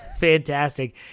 fantastic